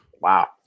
Wow